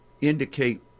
indicate